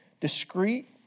discreet